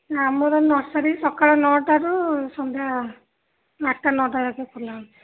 ଆମର ନର୍ସରୀ ସକାଳ ନଅଟାରୁ ସନ୍ଧ୍ୟା ଆଠଟା ନଅଟା ଯାଏଁକେ ଖୋଲା ହେଉଛି